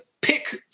pick